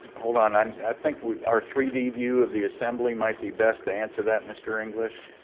hold on, i think our three d view of the assembly might be best to answer that, mr. english.